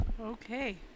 Okay